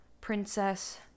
princess